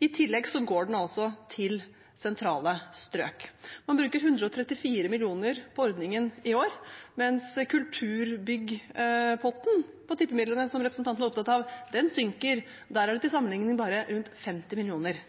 I tillegg går den til sentrale strøk. Man bruker 134 mill. kr på ordningen i år, mens kulturbyggpotten av tippemidlene, som representanten er opptatt av, synker. Der er det til sammenligning bare rundt 50